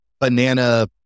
banana